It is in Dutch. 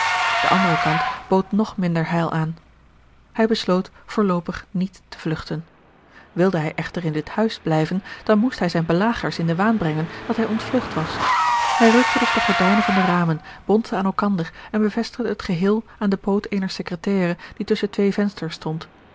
de andere kant bood nog minder heil aan hij besloot voorloopig niet te vlugten wilde hij echter in dit huis blijven dan moest hij zijne belagers in den waan brengen dat hij ontvlugt was hij rukte dus de gordijnen van de ramen bond ze aan elkander en bevestigde het geheel aan den poot eener secretaire die tusschen twee vensters stond